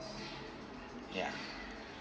ya